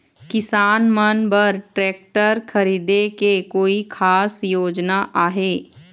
किसान मन बर ट्रैक्टर खरीदे के कोई खास योजना आहे?